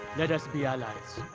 let us be allies.